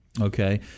Okay